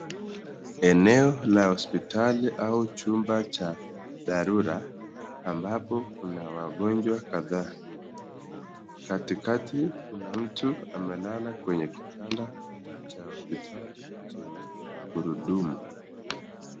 Eneo la hospitali au chumba cha dharura ambapo kuna wagonjwa kadhaa. Katikati kuna mtu amelala kwenye chumba cha hospitali chenye magurudumu.